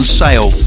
sale